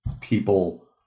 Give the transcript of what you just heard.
people